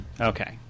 Okay